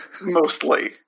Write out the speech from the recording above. mostly